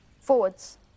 Forwards